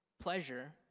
pleasure